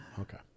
Okay